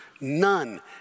None